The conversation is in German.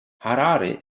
harare